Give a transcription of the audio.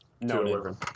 No